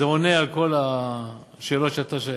וזה עונה על כל השאלות שאתה שואל,